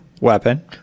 weapon